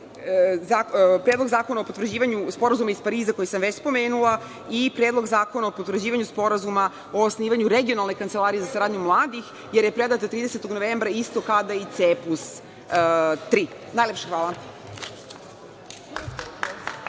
Predloga zakona o potvrđivanju Sporazuma iz Pariza, koji sam već spomenula i Predlog zakona o potvrđivanju Sporazuma o osnivanju regionalne kancelarije za saradnju mladih, jer je predata 30. novembra isto kada i CEEPUS III. Najlepše hvala.